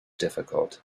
difficult